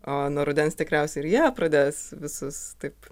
o nuo rudens tikriausiai ir jie pradės visus taip